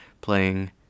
playing